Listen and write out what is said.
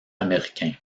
américain